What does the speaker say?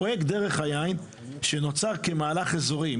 פרויקט דרך היין שנוצר כמהלך אזורי,